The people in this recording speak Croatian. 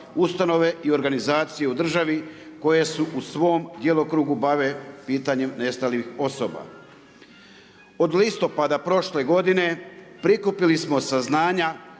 ustanove i organizacije u državi koje se u svom djelokrugu bave pitanjem nestalih osoba. Od listopada prošle godine prikupili smo saznanja